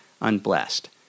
unblessed